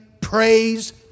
praise